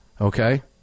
Okay